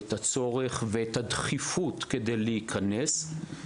את הצורך ואת הדחיפות כדי להיכנס.